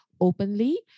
openly